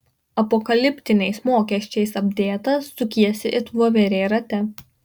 apokaliptiniais mokesčiais apdėtas sukiesi it voverė rate